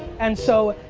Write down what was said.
and so